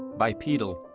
bipedal,